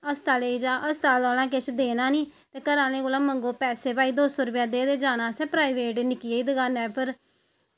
अस्तालै ई जाओ अस्ताल आह्लें किश देना नेईं ते घरै आह्सें कोला मंग्गो पैसे की भई दौ सौ रपेआ दे ते जाना असें प्राईवेट निक्की जेही दकानै पर ते